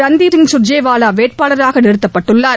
ரன்தீப் சுர்ஜிவாவா வேட்பாளராக நிறுத்தப்பட்டுள்ளார்